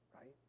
Right